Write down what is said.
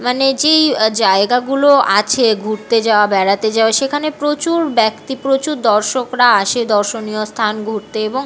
মানে যেই জায়গাগুলো আছে ঘুরতে যাওয়া বেড়াতে যাওয়া সেখানে প্রচুর ব্যক্তি প্রচুর দর্শকরা আসে দর্শনীয় স্থান ঘুরতে এবং